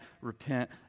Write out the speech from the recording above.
repent